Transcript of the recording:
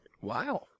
Wow